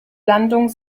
landung